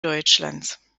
deutschlands